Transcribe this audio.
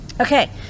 okay